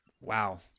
Wow